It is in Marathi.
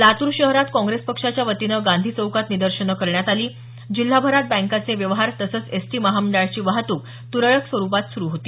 लातूर शहरात काँग्रेस पक्षाच्या वतीनं गांधी चौकात निदर्शनं करण्यात आली जिल्हाभरात बँकांचे व्यवहार तसंच एसटी महामंडळाची वाहतूक तुरळक स्वरूपात सुरू होती